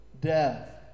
death